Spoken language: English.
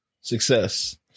success